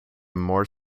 more